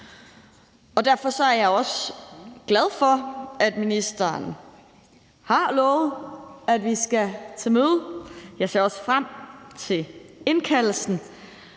og derfor er jeg også glad for, at ministeren har lovet, at vi skal til møde. Jeg ser også frem til indkaldelsen,